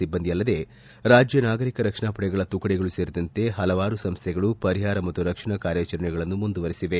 ಸಿಬ್ಬಂದಿ ಅಲ್ಲದೆ ರಾಜ್ಯ ನಾಗರಿಕ ರಕ್ಷಣಾ ಪಡೆಗಳ ತುಕಡಿಗಳೂ ಸೇರಿದಂತೆ ಹಲವಾರು ಸಂಸ್ನೆಗಳು ಪರಿಹಾರ ಮತ್ತು ರಕ್ಷಣಾ ಕಾರ್ಯಾಚರಣೆಗಳನ್ನು ಮುಂದುವರೆಸಿದೆ